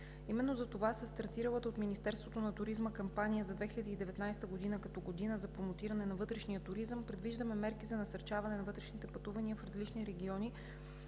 Именно затова със стартиралата от Министерството на туризма кампания за 2019 г., като година за промотиране на вътрешния туризъм, предвиждаме мерки за насърчаване на вътрешните пътувания в различни региони,